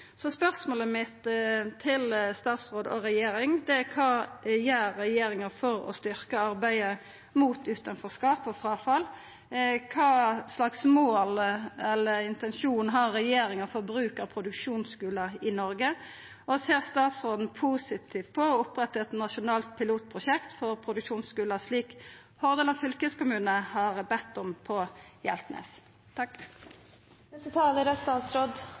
Spørsmålet mitt til statsråden og regjeringa er: Kva gjer regjeringa for å styrkja arbeidet mot utanforskap og fråfall? Kva slags mål eller intensjon har regjeringa for bruk av produksjonsskular i Noreg? Og ser statsråden positivt på å oppretta eit nasjonalt pilotprosjekt for produksjonsskular, slik som Hordaland fylkeskommune har bedd om på Hjeltnes?